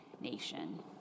nation